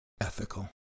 ethical